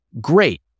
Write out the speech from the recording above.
great